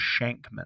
Shankman